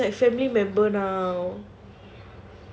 so she's like family member now